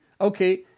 okay